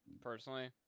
Personally